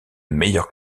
meilleur